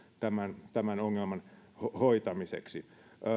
tämän tämän ongelman hoitamiseksi